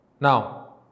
Now